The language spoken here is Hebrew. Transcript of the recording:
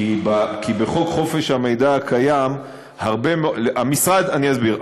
כי בחוק חופש המידע הקיים, הרבה מאוד, אני אסביר.